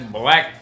black